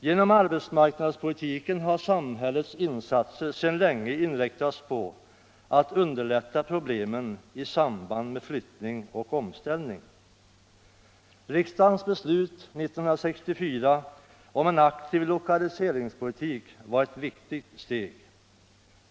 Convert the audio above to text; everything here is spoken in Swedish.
Genom arbetsmarknadspolitiken har samhällets insatser sedan länge inriktats på att minska problemen i samband med .flyttning och omställning. Riksdagens beslut 1964 om en aktiv lokaliseringspolitik var ett viktigt steg.